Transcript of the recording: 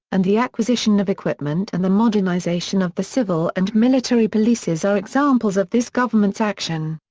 and the acquisition of equipment and the modernization of the civil and military polices are examples of this government's action.